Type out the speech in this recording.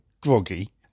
groggy